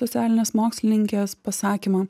socialinės mokslininkės pasakymą